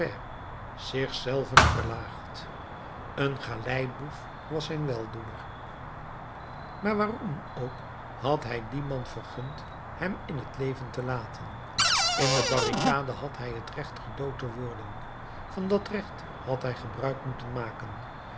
zich zelven verlaagd een galeiboef was zijn weldoener maar waarom ook had hij dien man vergund hem in het leven te laten in de barricade had hij het recht gedood te worden van dat recht had hij gebruik moeten maken